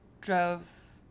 drove